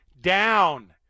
down